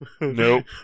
Nope